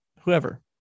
whoever